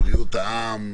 בריאות העם,